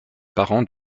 parent